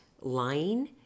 lying